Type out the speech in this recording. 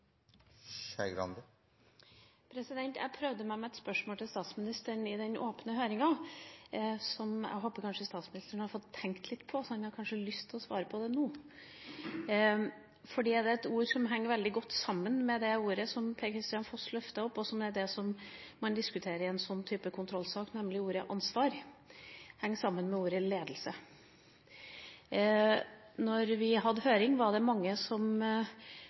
Jeg prøvde meg med et spørsmål til statsministeren i den åpne høringa, som jeg håper statsministeren kanskje har fått tenkt litt på, og at han kanskje har lyst til å svare på det nå. Det er et ord som henger veldig godt sammen med det ordet som Per-Kristian Foss løftet opp, og som er det som man diskuterer i en slik type kontrollsak, nemlig at ordet «ansvar» henger sammen med ordet «ledelse». Da vi hadde høring, var det mange som fortalte om alle bestemmelsene som ble gjort, alle vedtak som